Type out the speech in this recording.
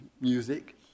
music